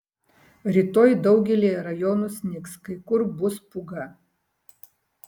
rytoj daugelyje rajonų snigs kai kur bus pūga